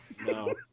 No